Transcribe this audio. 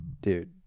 Dude